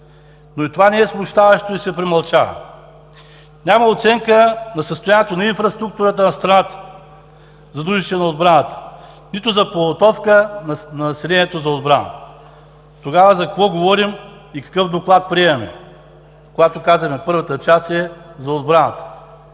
Но и това не е смущаващо и се премълчава. Няма оценка на състоянието на инфраструктурата на страната за нуждите на отбраната, нито за подготовка на населението за отбрана. Тогава за какво говорим и какъв доклад приемаме, когато казваме, че първата част е за отбраната.